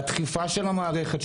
והדחיפה של המערכת,